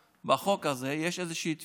בחוק הזה יש איזושהי תפיסה,